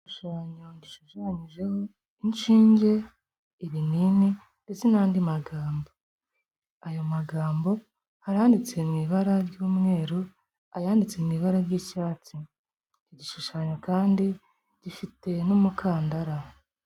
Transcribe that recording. Igishushanyo gishushanyijeho inshinge ibinini ndetse n'andi magambo, ayo magambo hari ayaditse mu ibara ry'umweru, ayanditse mu ibara ry'icyatsi, igishushanyo kandi gifite n'umukandara.